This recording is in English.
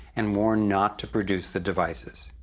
and warned not to produce the devices.